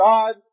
God